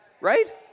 Right